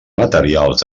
materials